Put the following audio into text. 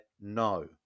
no